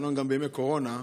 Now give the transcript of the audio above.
אומנם גם בימי קורונה,